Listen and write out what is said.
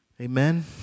Amen